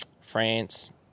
France